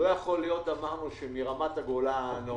אמרנו שלא יכול להיות שמרמת הגולן או